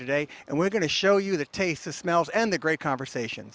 today and we're going to show you the taste the smells and the great conversation